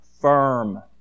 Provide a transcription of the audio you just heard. firm